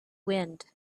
wind